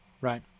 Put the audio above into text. right